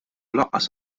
lanqas